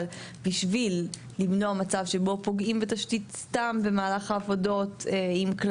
אבל בשביל למנוע מצב שבו פוגעים בתשתית סתם במהלך העבודות עם כלי